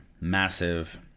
massive